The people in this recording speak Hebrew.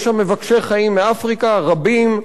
יש שם מבקשי חיים מאפריקה, רבים.